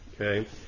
okay